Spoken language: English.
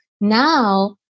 now